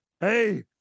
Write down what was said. Hey